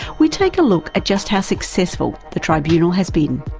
we take a look at just how successful the tribunal has been.